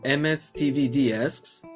and mstvd asks,